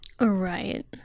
Right